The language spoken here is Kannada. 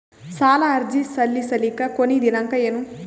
ಸಾಲ ಅರ್ಜಿ ಸಲ್ಲಿಸಲಿಕ ಕೊನಿ ದಿನಾಂಕ ಏನು?